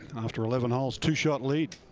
after eleven holes, two shot lead.